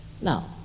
Now